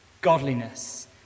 godliness